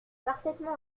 parfaitement